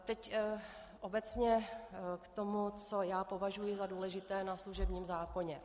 Teď obecně k tomu, co já považuji za důležité na služebním zákoně.